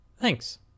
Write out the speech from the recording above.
Thanks